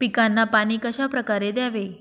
पिकांना पाणी कशाप्रकारे द्यावे?